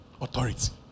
authority